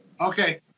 Okay